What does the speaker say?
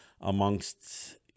amongst